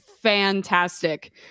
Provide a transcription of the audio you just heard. fantastic